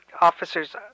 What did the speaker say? officers